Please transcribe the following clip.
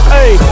Hey